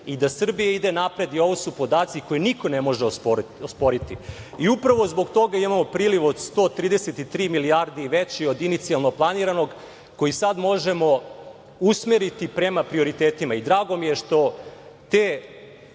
i da Srbija ide napred i ovo su podaci koje niko ne može osporiti. Upravo zbog toga imamo priliv od 133 milijardi veći od inicijalno planiranog koji sad možemo usmeriti prema prioritetima. Drago mi je što taj